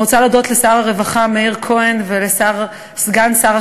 אני רוצה להודות לשר הרווחה מאיר כהן ולסגן שר